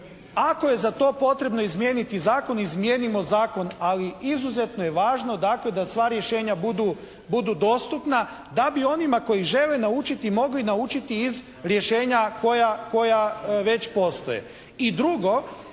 ako je za to potrebno izmijeniti zakon, izmijenimo zakon, ali izuzetno je važno dakle da sva rješenja budu dostupna da bi onima koji žele naučiti mogli naučiti iz rješenja koja već postoje.